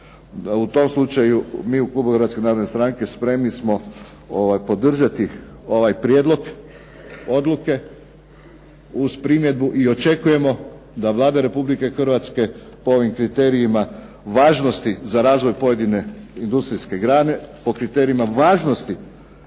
u tom slučaju mi u klubu Hrvatske narodne stranke spremni smo podržati ovaj prijedlog odluke uz primjedbu. I očekujemo da Vlada Republike Hrvatske po ovim kriterijima važnosti za razvoj pojedine industrijske grane, po kriterijima važnosti